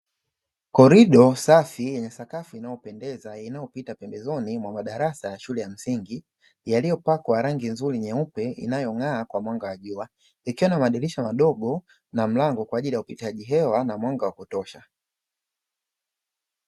Korido safi yenye sakafu inayopendeza, inayopita pembezoni mwa madarasa ya shule ya msingi, yaliyopakwa rangi nzuri nyeupe inayong’aa kwa mwanga wa jua. Ikiwa na madirisha madogo na mlango kwa ajili ya upitishaji hewa na mwanga wa kutosha.